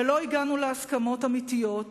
ולא הגענו להסכמות אמיתיות.